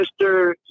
Mr